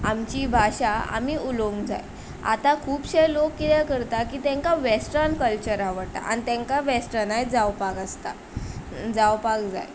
आमची भाशा आमी उलोवंक जाय आतां खुबशे लोक कितें करतात की तेंकां वेस्टन कल्चर आवडटा आनी तेंकां वेस्टनायज जावपाक आसता जावपाक जाय